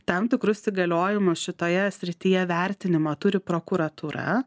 tam tikrus įgaliojimus šitoje srityje vertinimą turi prokuratūra